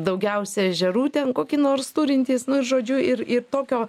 daugiausia ežerų ten kokį nors turintys nu žodžiu ir ir tokio